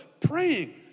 Praying